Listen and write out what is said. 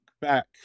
back